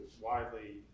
widely